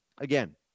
again